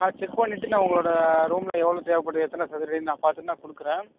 நான் செக் பண்ணிவிட்டு நான் உங்களோட ரூமில் எவ்வளோ தேவைப்படுது எத்தன சதுரடின்னு நான் பார்த்துட்டு நான் கொடுக்குறேன்